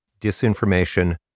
disinformation